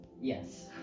Yes